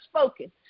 spoken